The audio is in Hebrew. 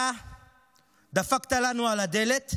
אתה דפקת לנו על הדלת,